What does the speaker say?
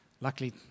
Luckily